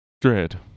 dread